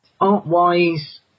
Art-wise